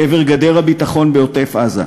לעבר גדר הביטחון בעוטף-עזה.